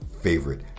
favorite